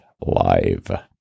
live